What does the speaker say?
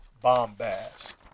bombast